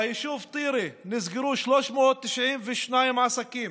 ביישוב טירה נסגרו 392 עסקים,